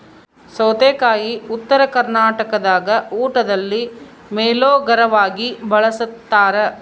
ಸೌತೆಕಾಯಿ ಉತ್ತರ ಕರ್ನಾಟಕದಾಗ ಊಟದಲ್ಲಿ ಮೇಲೋಗರವಾಗಿ ಬಳಸ್ತಾರ